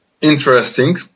interesting